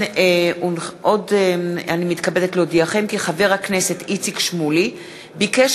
עוד אני מתכבדת להודיעכם כי חבר הכנסת איציק שמולי ביקש